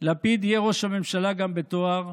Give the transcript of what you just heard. לפיד יהיה ראש הממשלה גם בתואר,